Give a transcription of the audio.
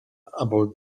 about